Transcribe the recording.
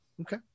Okay